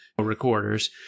Recorders